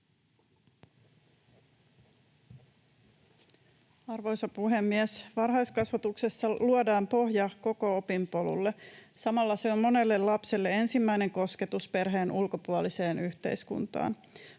Arvoisa puhemies! Varhaiskasvatuksessa luodaan pohja koko opinpolulle. Samalla se on monelle lapselle ensimmäinen kosketus perheen ulkopuoliseen yhteiskuntaan.